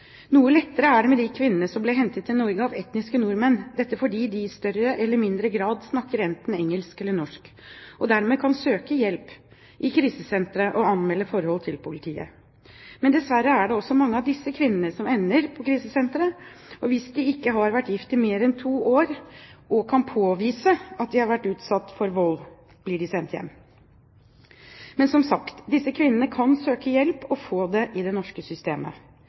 Noe lettere er det med de kvinnene som blir hentet til Norge av etniske nordmenn, fordi de i større eller mindre grad snakker enten engelsk eller norsk, og dermed kan søke hjelp i krisesentre og anmelde forhold til politiet. Men dessverre er det også mange av disse kvinnene som ender på krisesenteret, og hvis de ikke har vært gift i mer enn to år og kan påvise at de har vært utsatt for vold, blir de sendt hjem igjen. Men, som sagt, disse kvinnene kan søke hjelp og få det i det norske systemet.